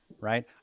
right